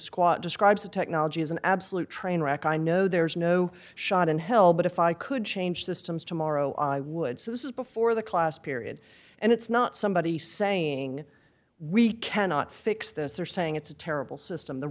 squat describes the technology as an absolute train wreck i know there's no shot in hell but if i could change systems tomorrow i would say this is before the class period and it's not somebody saying we cannot fix this or saying it's a terrible system the